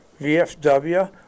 VFW